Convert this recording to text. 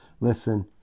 Listen